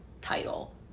title